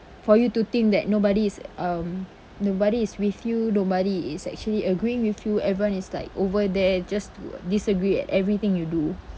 for you to think that nobody is um nobody is with you nobody is actually agreeing with you everyone is like over there just to disagree at everything you do